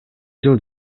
жыл